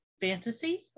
fantasy